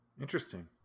Interesting